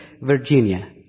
Virginia